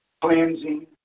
cleansing